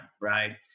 right